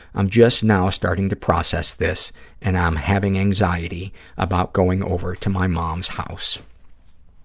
i'm just now starting to process this and i'm having anxiety about going over to my mom's house.